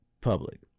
public